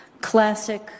classic